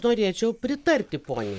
norėčiau pritarti poniai